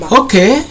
okay